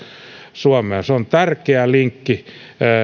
suomea se on tärkeä linkki